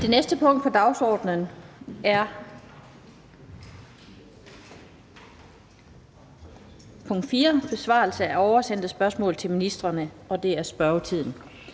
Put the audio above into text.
Det sidste punkt på dagsordenen er: 4) Besvarelse af oversendte spørgsmål til ministrene (spørgetid).